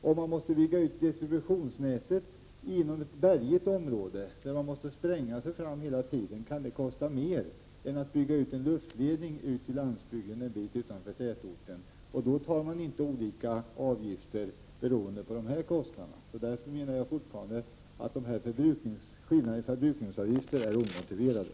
Om man måste bygga ut distributionsnätet genom ett bergigt område, där man hela vägen måste spränga sig fram, kan det kosta mer än att bygga ut en luftledning till landsbygden en bit utanför tätorten. Man tar ut olika avgifter beroende på dessa kostnader. Därför menar jag fortfarande att skillnaderna i förbrukningsavgifter är omotiverade.